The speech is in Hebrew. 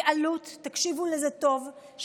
תקשיבו טוב לזה,